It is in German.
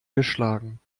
geschlagen